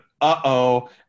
uh-oh